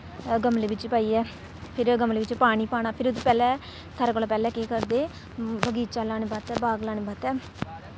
गमले बिच्च पाइयै फिर गमले बिच्च पानी पाना फिर ओह्दे पैह्लें सारें कोला पैह्लें केह् करदे बगीचा लाने बास्तै बाग लाने बास्तै